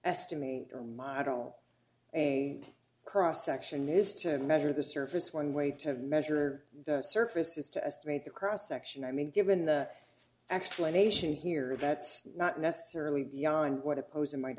estimate or model a cross section is to measure the surface one way to measure the surface is to estimate the cross section i mean given the explanation here that's not necessarily beyond what a poser might